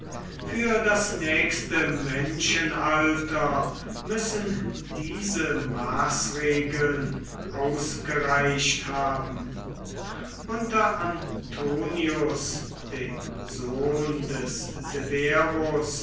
für das nächste menschenalter müssen diese maßregeln ausgereicht haben unter antoninus dem sohn des